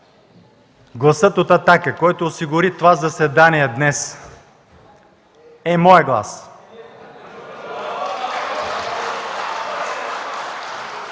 гласът от „Атака” който осигури това заседание днес, е моят глас.